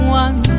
one